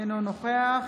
אינו נוכח